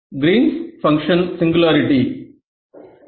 Green's function singularity Greens function singularity